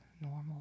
normal